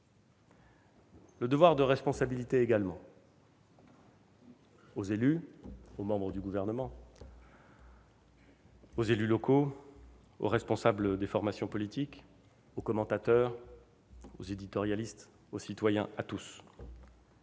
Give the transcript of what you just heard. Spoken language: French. et de responsabilité s'impose à tous : aux membres du Gouvernement, aux élus nationaux et locaux, aux responsables des formations politiques, aux commentateurs, aux éditorialistes, aux citoyens, à tous.